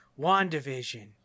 wandavision